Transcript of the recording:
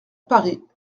paris